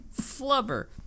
Flubber